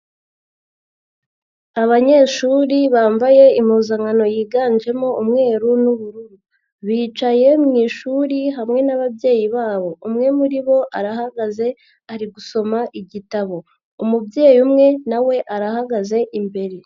Abanyeshuri bambaye impuzankano yiganjemo umweru n'ubururu, bicaye mu ishuri hamwe n'ababyeyi babo umwe muri bo arahagaze ari gusoma igitabo, umubyeyi umwe na we arahagaze imbere.